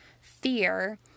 fear